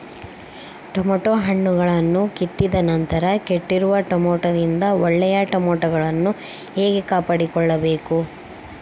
Tomato ಹಣ್ಣುಗಳನ್ನು ಕಿತ್ತಿದ ನಂತರ ಕೆಟ್ಟಿರುವ ಟೊಮೆಟೊದಿಂದ ಒಳ್ಳೆಯ ಟೊಮೆಟೊಗಳನ್ನು ಹೇಗೆ ಕಾಪಾಡಿಕೊಳ್ಳಬೇಕು?